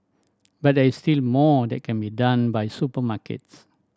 but there is still more that can be done by supermarkets